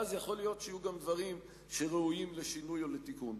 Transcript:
ואז יכול להיות שיהיו גם דברים שראויים לשינוי או לתיקון.